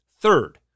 Third